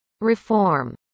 reform